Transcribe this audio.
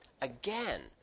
Again